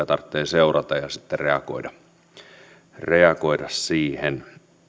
tarvitsee seurata ja sitten reagoida reagoida siihen